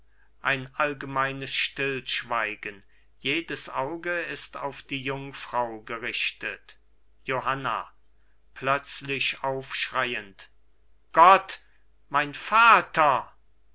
ein allgemeines stillschweigen jedes auge ist auf die jungfrau gerichtet johanna plötzlich aufschreiend gott mein vater